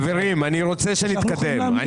חברים, אני רוצה שנתקדם.